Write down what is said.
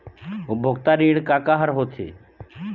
उपभोक्ता ऋण का का हर होथे?